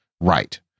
Right